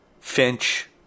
Finch